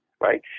right